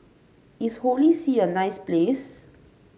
is Holy See a nice place